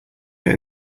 get